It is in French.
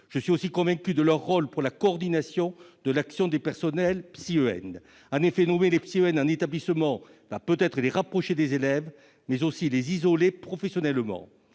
Je suis aussi convaincu de leur rôle pour la coordination de l'action des psychologues de l'éducation nationale. En effet, nommer ces personnels en établissement va peut-être les rapprocher des élèves, mais aussi les isoler professionnellement.